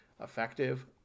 effective